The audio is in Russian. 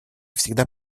всегда